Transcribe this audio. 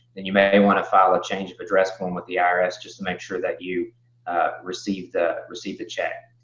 then you may want to file a change of address form with the irs just to make sure that you receive the receive the check.